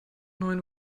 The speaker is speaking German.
neun